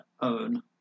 own